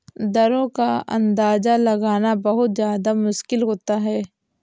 दरों का अंदाजा लगाना बहुत ज्यादा मुश्किल होता है